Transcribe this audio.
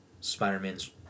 Spider-Man's